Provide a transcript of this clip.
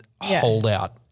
holdout